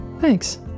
thanks